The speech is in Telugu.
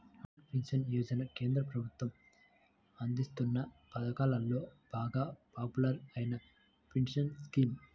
అటల్ పెన్షన్ యోజన కేంద్ర ప్రభుత్వం అందిస్తోన్న పథకాలలో బాగా పాపులర్ అయిన పెన్షన్ స్కీమ్